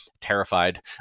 terrified